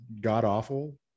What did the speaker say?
god-awful